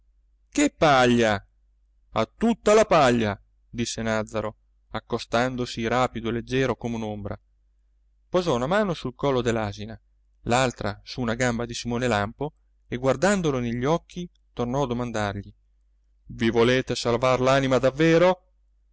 che paglia a tutta la paglia disse nàzzaro accostandosi rapido e leggero come un'ombra posò una mano sul collo dell'asina l'altra su una gamba di simone lampo e guardandolo negli occhi tornò a domandargli i volete salvar l'anima davvero